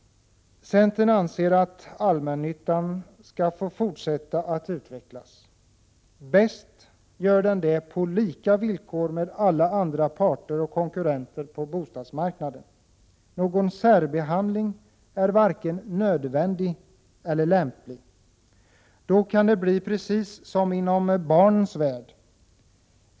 Centern anser att allmännyttan skall få fortsätta att utvecklas. Bäst gör den det på lika villkor med alla andra parter och konkurrenter på bostadsmarknaden. Någon särbehandling är varken nödvändig eller lämplig. Då blir det precis som inom barnets värld.